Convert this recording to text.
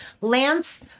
Lance